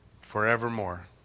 forevermore